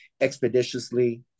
expeditiously